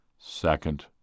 Second